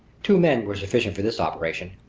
two men were sufficient for this operation.